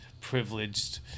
privileged